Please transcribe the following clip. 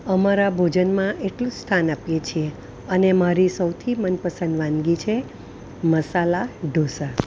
અમારા ભોજનમાં એટલું જ સ્થાન આપીએ છીએ અને મારી સૌથી મનપસંદ વાનગી છે મસાલા ઢોસા